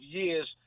years